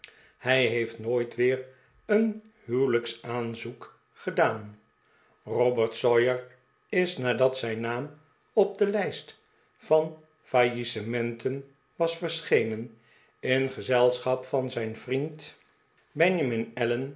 hij heeft nooit weer een huwelijksaanzoek gedaan robert sawyer is nadat zijn naam op de lijst van faillissementen was verschenen in gezelschap van zijn vriend benjamin